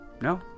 No